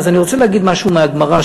אני רוצה להגיד משהו מהגמרא,